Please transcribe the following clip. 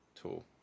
tool